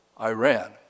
Iran